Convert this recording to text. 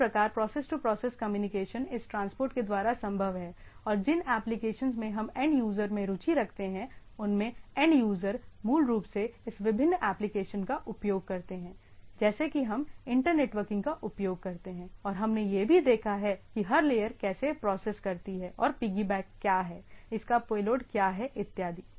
इस प्रकार process to process communication इस ट्रांसपोर्ट के द्वारा संभव है और जिन एप्लीकेशंस में हम एंड यूजर में रुचि रखते हैं उनमें एंड यूजर मूल रूप से इस विभिन्न एप्लीकेशंस का उपयोग करते हैं जैसे कि हम इंटर नेटवर्किंग का उपयोग करते हैं और हमने यह भी देखा है कि हर लेयर कैसे प्रोसेस करती है और पिगबैक क्या है इसका पेलोड क्या है इत्यादि